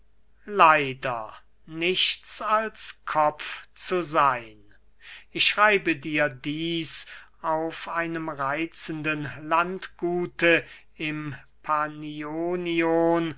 leider nichts als kopf zu seyn ich schreibe dir dieß auf einem reitzenden landgute im